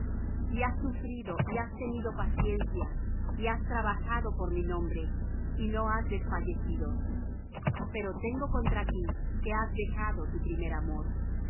y has sufrido y has tenido paciencia y has trabajado por mi nombre y no has desfallecido pero tengo contra ti que has dejado tu primer amor